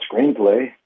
screenplay